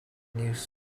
news